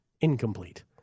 Incomplete